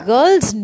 Girls